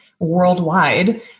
worldwide